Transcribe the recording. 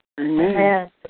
Amen